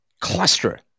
cluster